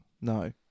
No